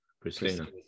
Christina